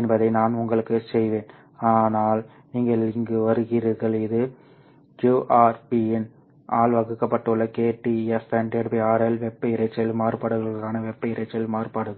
என்பதை நான் உங்களுக்குச் செய்வேன் ஆனால் நீங்கள் இங்கு வருகிறீர்கள் இது qRPin ஆல் வகுக்கப்பட்டுள்ள kTFn RL வெப்ப இரைச்சல் மாறுபாடுகளுக்கான வெப்ப இரைச்சல் மாறுபாடுகள்